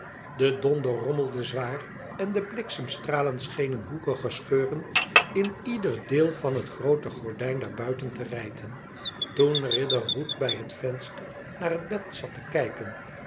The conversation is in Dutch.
de donder rommelde zwaar en de bliksemstralen schenen hoekige scheuren in ieder deel van het groote gordijn daar buiten te rijten toen riderhood bij het venster naar het bed zat te kijken